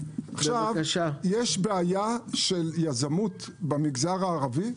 יש בעיה של יזמות במגזר הערבי,